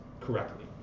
correctly